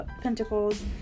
pentacles